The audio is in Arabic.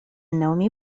النوم